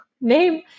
name